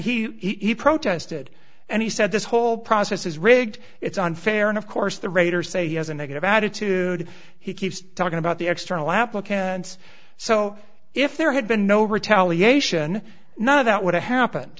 he protested and he said this whole process is rigged it's unfair and of course the raiders say he has a negative attitude he keeps talking about the external applicants so if there had been no retaliation none of that would have happened